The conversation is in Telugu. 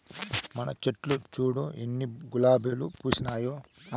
మన చెట్లు చూడు ఎన్ని గులాబీలు పూసినాయో